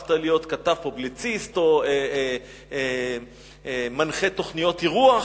הפכת להיות כתב פובליציסט או מנחה תוכניות אירוח,